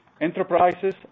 Enterprises